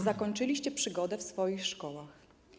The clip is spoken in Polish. Zakończyliście przygodę w swoich szkołach.